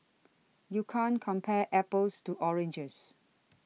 you can't compare apples to oranges